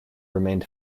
remained